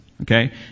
Okay